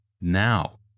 now